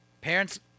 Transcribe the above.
parents